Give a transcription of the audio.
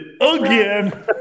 again